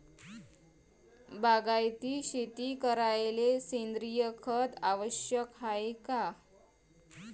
बागायती शेती करायले सेंद्रिय खत आवश्यक हाये का?